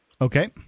Okay